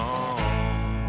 on